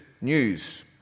news